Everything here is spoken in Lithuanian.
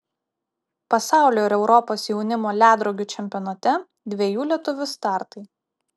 pasaulio ir europos jaunimo ledrogių čempionate dviejų lietuvių startai